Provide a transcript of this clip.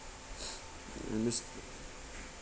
underst~